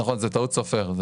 נכון, זה טעות סופר.